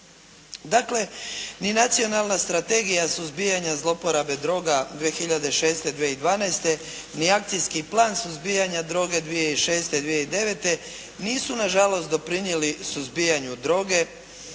Dakle, ni nacionalna strategija suzbijanja zloporabe droga 2006.-2012. ni Akcijski plan suzbijanja droge 2006.-2009. nisu na žalost doprinijeli suzbijanju droge